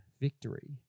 victory